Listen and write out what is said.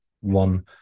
One